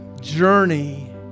journey